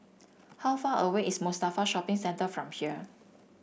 how far away is Mustafa Shopping Centre from here